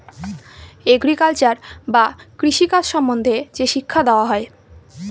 agriculture বা কৃষি কাজ সম্বন্ধে যে শিক্ষা দেওয়া হয়